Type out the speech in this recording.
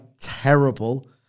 terrible